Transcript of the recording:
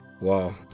Wow